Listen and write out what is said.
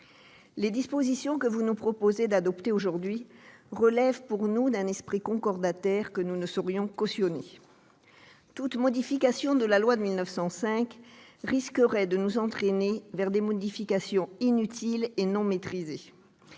Les dispositions que vous nous proposez d'adopter aujourd'hui relèvent, pour nous, d'un esprit concordataire que nous ne saurions cautionner. Toute modification de la loi de 1905 risquerait de nous entraîner vers des évolutions inutiles et non maîtrisées.